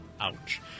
Ouch